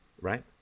right